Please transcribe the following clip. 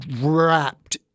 wrapped